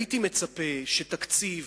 הייתי מצפה שתקציב,